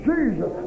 Jesus